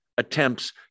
attempts